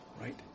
right